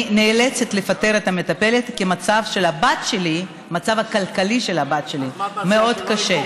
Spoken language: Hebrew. אני נאלצת לפטר את המטפלת כי המצב הכלכלי של הבת שלי מאוד קשה.